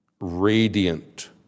radiant